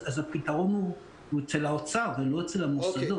אז הפתרון אצל האוצר ולא אצל המוסדות.